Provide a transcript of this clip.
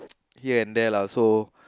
here and there lah so